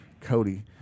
Cody